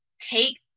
take